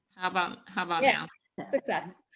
um how about now? success.